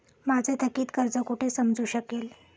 माझे थकीत कर्ज कुठे समजू शकेल?